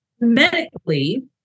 Medically